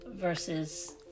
Versus